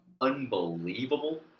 unbelievable